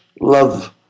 love